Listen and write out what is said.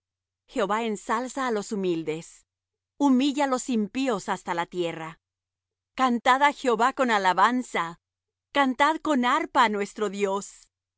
jehová ensalza á los humildes humilla los impíos hasta la tierra cantad á jehová con alabanza cantad con arpa á nuestro dios